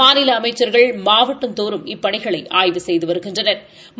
மாநில அமைச்சா்கள் மாவட்டந்தோறும் இப்பணிகளை ஆய்வு செய்து வருகின்றனா்